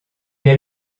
est